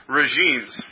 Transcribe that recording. regimes